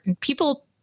people